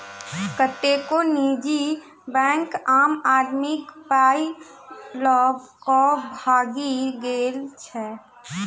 कतेको निजी बैंक आम आदमीक पाइ ल क भागि गेल अछि